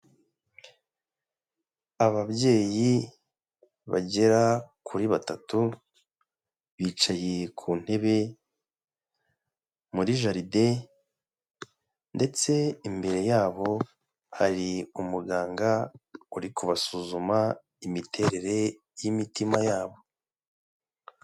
Ababyeyi bagera kuri batatu, bicaye ku ntebe muri jaride ndetse imbere yabo hari umuganga uri kubasuzuma imiterere y'imitima yabo.